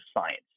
science